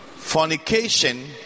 Fornication